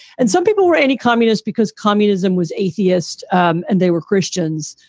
and some people were anti-communist because communism was atheist um and they were christians.